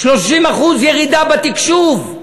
30% ירידה בתקשוב.